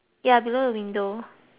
below